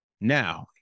Now